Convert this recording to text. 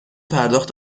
پرداخت